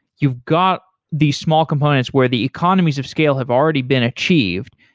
you've got these small components where the economies of scale have already been achieved.